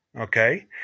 okay